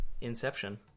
Inception